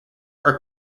are